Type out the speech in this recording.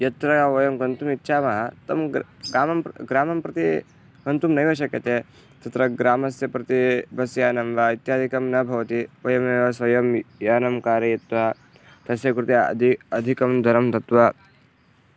यत्र वयं गन्तुम् इच्छामः तं ग्रामं ग्रामं प्रति गन्तुं नैव शक्यते तत्र ग्रामस्य प्रति बस्यानं वा इत्यादिकं न भवति वयमेव स्वयं यानं कारयित्वा तस्य कृते अदि अधिकं दरं दत्वा